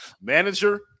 manager